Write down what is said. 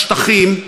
בשטחים,